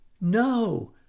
no